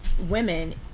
women